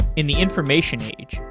in the information age,